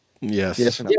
Yes